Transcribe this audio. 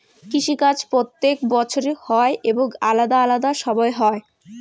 কৃষি কাজ প্রত্যেক বছর হই এবং আলাদা আলাদা সময় হই